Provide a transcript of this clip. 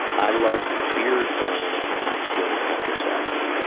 i love beard burn on my skin after sex.